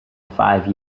five